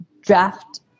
draft